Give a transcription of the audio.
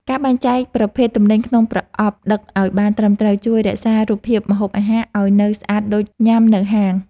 ការបែងចែកប្រភេទទំនិញក្នុងប្រអប់ដឹកឱ្យបានត្រឹមត្រូវជួយរក្សារូបរាងម្ហូបអាហារឱ្យនៅស្អាតដូចញ៉ាំនៅហាង។